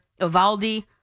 Ivaldi